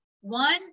One